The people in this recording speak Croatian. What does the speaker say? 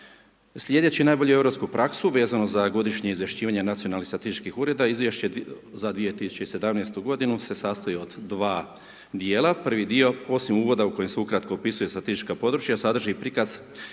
Slijedeći najbolju europsku praksu vezano za godišnje izvješćivanje nacionalnih statističkih ureda, izvješće za 2017. g. se sastoji od dva djela, prvi dio osim uvoda kojim s ukratko opisuje statistička područja, sadrži prikaz